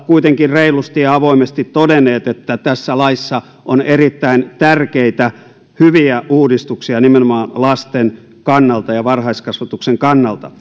kuitenkin reilusti ja avoimesti todenneet että tässä laissa on erittäin tärkeitä hyviä uudistuksia nimenomaan lasten kannalta ja varhaiskasvatuksen kannalta